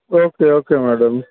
okay okay madam